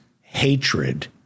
hatred